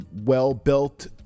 well-built